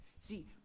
See